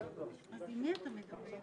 כאן